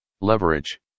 leverage